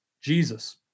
Jesus